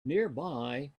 nearby